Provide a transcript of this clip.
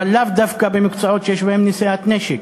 אבל לאו דווקא במקצועות שיש בהם נשיאת נשק.